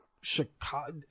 chicago